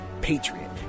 patriot